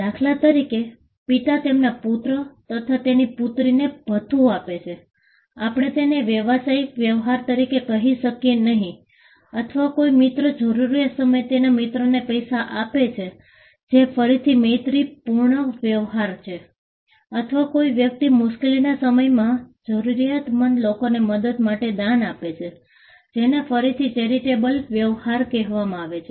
દાખલા તરીકે પિતા તેમના પુત્ર તથા તેની પુત્રીને ભથ્થું આપે છે આપણે તેને વ્યવસાયિક વ્યવહાર તરીકે કહી શકીએ નહીં અથવા કોઈ મિત્ર જરૂરિયાત સમયે તેના મિત્રને પૈસા આપે છે જે ફરીથી મૈત્રીપૂર્ણ વ્યવહાર છે અથવા કોઈ વ્યક્તિ મુશ્કેલીના સમયમાં જરૂરિયાતમંદ લોકોને મદદ માટે દાન આપે છે જેને ફરીથી ચેરિટેબલ વ્યવહાર કહેવામાં આવે છે